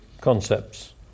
concepts